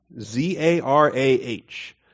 Z-A-R-A-H